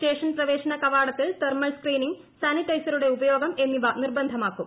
station പ്രവേശന കവാടത്തിൽ thermal screening സാനിറ്റൈസറുടെ ഉപയോഗം എന്നിവ നിർബന്ധമാക്കും